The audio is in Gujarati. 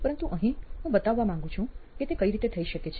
પરંતુ અહીં હું બતાવવા મંગુ છું કે તે કઈ રીતે થઈ શકે છે